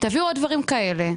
תביאו עוד דברים כאלה.